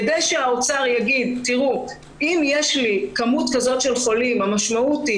כדי שהאוצר יגיד: אם יש לי כמות כזו של חולים המשמעות היא